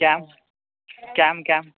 cam cam cam